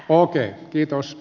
okei kiitos